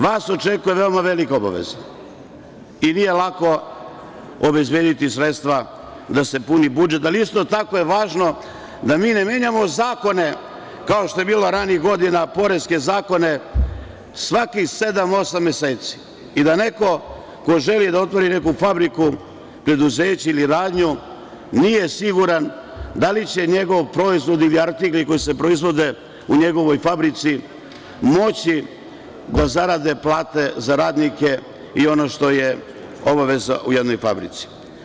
Vas očekuje veoma velika obaveza i nije lako obezbediti sredstva da se puni budžet, ali isto tako je važno da mi ne menjamo zakone, kao što je bilo ranijih godina, poreske zakone na svakih sedam, osam meseci i da neko ko želi da otvori neku fabriku, preduzeće ili radnju nije siguran da li će njegov proizvod ili artikal koji se proizvode u njegovoj fabrici moći da zaradi plate za radnike i ono što je obaveza u jednoj fabrici.